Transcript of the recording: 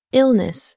illness